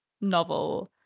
novel